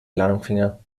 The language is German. langfinger